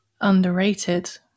underrated